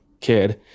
kid